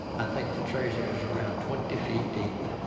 i think the treasure is around twenty feet deep.